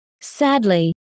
Sadly